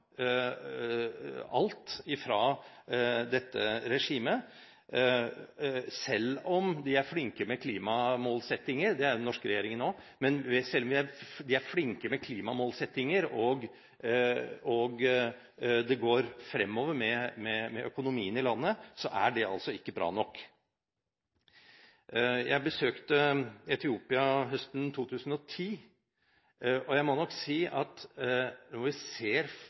alt fra dette regimet. Selv om de er flinke med klimamålsettinger – det er jo den norske regjeringen også – og det går fremover med økonomien i landet, er det altså ikke bra nok. Jeg besøkte Etiopia høsten 2010. Jeg så at folk bodde i telt og